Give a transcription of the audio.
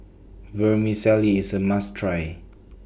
Vermicelli IS A must Try